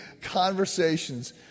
conversations